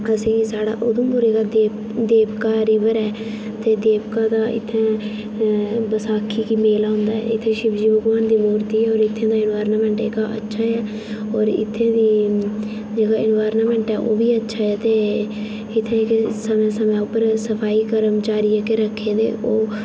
असें साढ़ा उधमपुरै दा देवका रीवर ऐ ते देवका दा इत्थैं बसाखी गी मेला होंदा ऐ इत्थें शिवजी भगवान दी मूरती ऐ ते इत्थें दा एन्वायरनमेंट जेह्का अच्छा ऐ होर इत्थें दी जेह्का एन्वायरनमेंट ओह् बी अच्छा ऐ ते इत्थै इत्थै समें समें उप्पर सफाई कर्मचारी जेह्के रक्खे दे ओह्